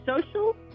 social